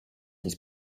ist